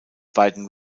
beiden